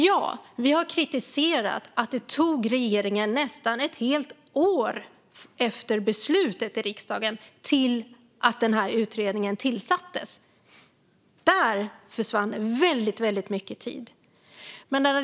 Ja, vi har kritiserat att det tog regeringen nästan ett helt år från att riksdagen tog beslutet till att utredningen tillsattes. Där försvann mycket tid. Fru talman!